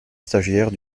stagiaire